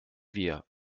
wir